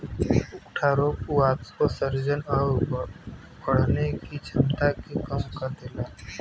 उकठा रोग से वाष्पोत्सर्जन आउर बढ़ने की छमता के कम कर देला